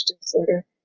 disorder